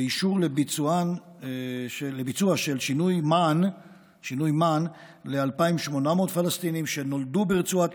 ואישור לביצוע של שינוי מען ל-2,800 פלסטינים שנולדו ברצועת